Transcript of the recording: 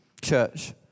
Church